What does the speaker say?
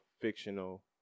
fictional